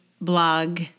blog